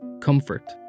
comfort